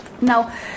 now